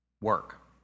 Work